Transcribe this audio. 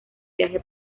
viaje